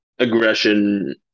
aggression